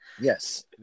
Yes